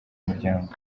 muryango